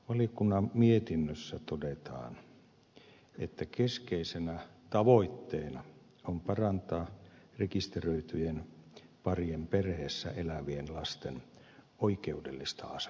valiokunnan mietinnössä todetaan että keskeisenä tavoitteena on parantaa rekisteröityjen parien perheessä elävien lasten oikeudellista asemaa